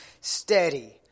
steady